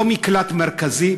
לא מקלט מרכזי,